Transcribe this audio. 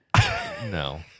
no